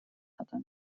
hatte